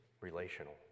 relational